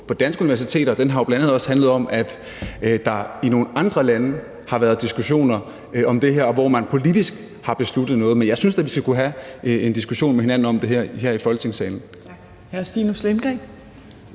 på danske universiteter, den har jo bl.a. også handlet om, at der i nogle andre lande har været diskussioner om det her, og hvor man politisk har besluttet noget. Men jeg synes da, vi skal kunne have en diskussion med hinanden om det her i Folketingssalen.